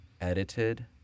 edited